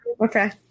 Okay